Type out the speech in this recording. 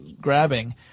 grabbing